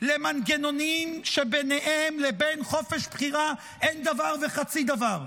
למנגנונים שביניהם לבין חופש בחירה אין דבר וחצי דבר.